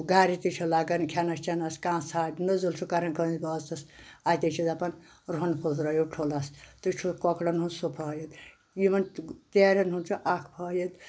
گرِ تہِ چھِ لگان کھٮ۪نس چینس کانہہ ژھَٹھ نٔزل چھُ کران کٲنسہِ بٲژَس اتے چھِ دپان رٔہن پھوٚل ترایو ٹھوٗلس تہٕ چھُ کۄکرَن ہُند سہُ فٲیِدٕ یمن تیٖرَن ہُند چھُ اکھ فٲیِدٕ